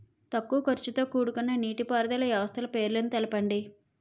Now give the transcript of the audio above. తక్కువ ఖర్చుతో కూడుకున్న నీటిపారుదల వ్యవస్థల పేర్లను తెలపండి?